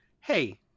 hey